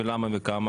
למה וכמה